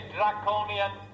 Draconian